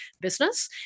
business